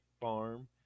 farm